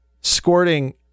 squirting